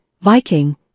Viking